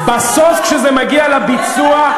בסוף, כשזה מגיע לביצוע,